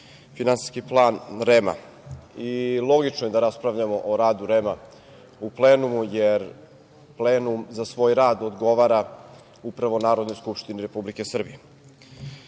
Finansijski plan REM-a. Logično je da raspravljamo o radu REM-a u plenumu, jer REM za svoj rad odgovara upravo Narodnoj skupštini Republike Srbije.U